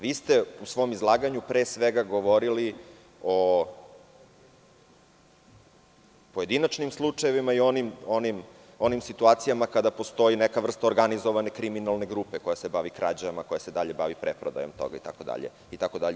Vi ste u svom izlaganju pre svega govorili o pojedinačnim slučajevima i onim situacijama kada postoji neka vrsta organizovane kriminalne grupe koja se bavi krađama, koja se dalje bavi preprodajom toga itd, itd.